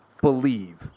believe